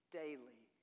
daily